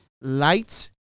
Lights